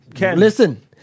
Listen